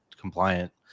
compliant